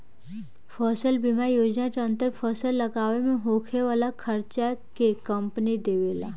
फसल बीमा योजना के अंदर फसल लागावे में होखे वाला खार्चा के कंपनी देबेला